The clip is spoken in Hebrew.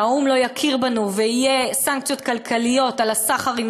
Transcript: האו"ם לא יכיר בנו ויהיו סנקציות כלכליות על הסחר עם